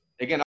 Again